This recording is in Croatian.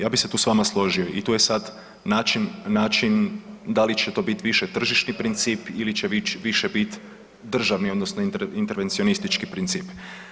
Ja bi se tu s vama složio i tu je sad način da li će to biti više tržišni princip ili će više bit državni ili intervencionistički princip.